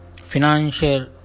Financial